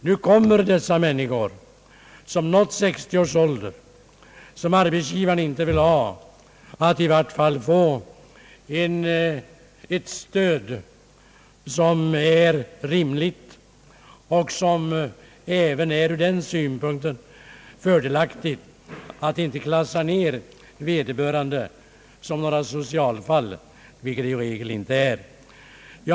Nu kommer de människor som har nått 60 årsåldern och som arbetsgivarna inte vill ha att i vart fall få ett stöd som är rimligt och som även är fördelaktigt så till vida att det inte klassar ned vederbörande såsom några socialfall, vilket de i regel inte är.